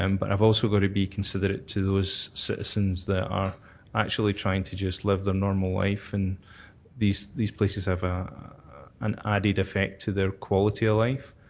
um but i've also got to be considerate to those citizens that are actually trying to just live their normal life and these these places have an added effect to their quality of life.